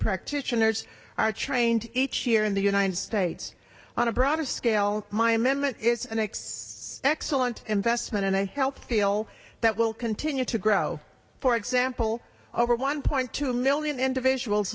practitioners are trained each year in the united states on a broader scale my amendment is an x excellent investment and a health feel that will continue to grow for example over one point two million individuals